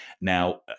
Now